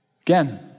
Again